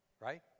right